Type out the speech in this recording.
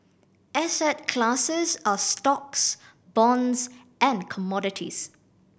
asset classes are stocks bonds and commodities